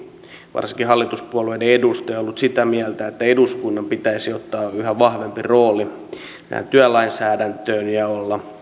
varsinkin hallituspuolueiden edustaja on ollut sitä mieltä että eduskunnan pitäisi ottaa yhä vahvempi rooli tähän työlainsäädäntöön ja olla